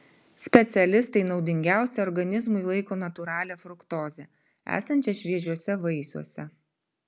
specialistai naudingiausia organizmui laiko natūralią fruktozę esančią šviežiuose vaisiuose